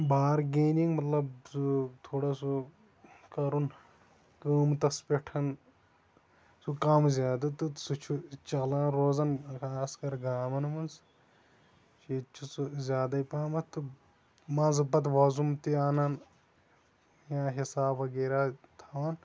bargaining مطلب سُہ تھوڑا سُہ کَرُن قۭمتَس پیٹھ سُہ کَم زیادٕ تہٕ سُہ چھُ چَلان روزان خاص کر گامَن منٛز ییٚتہِ چھُ سُہ زیادے پَہَمَتھ تہٕ منٛزٕ پتہٕ وۄزُم تہِ اَنان یا حِساب وغیرہ تھاوان